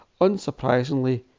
unsurprisingly